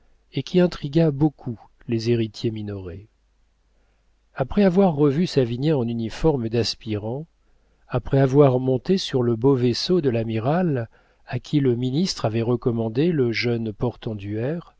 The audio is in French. et qui intrigua beaucoup les héritiers minoret après avoir revu savinien en uniforme d'aspirant après avoir monté sur le beau vaisseau de l'amiral à qui le ministre avait recommandé le jeune portenduère